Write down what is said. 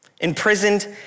imprisoned